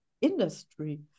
industry